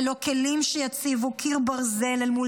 ללא כלים שיציבו קיר ברזל אל מול